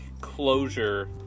closure